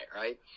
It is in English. right